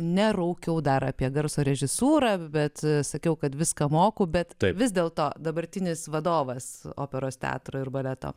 neraukiau dar apie garso režisūrą bet sakiau kad viską moku bet vis dėlto dabartinis vadovas operos teatro ir baleto